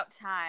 time